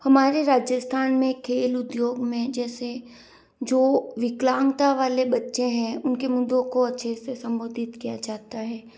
हमारे राजस्थान में खेल उद्योग में जैसे जो विकलांगता वाले बच्चे हैं उनके मुद्दो को अच्छे से संबोधित किया जाता है